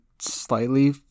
slightly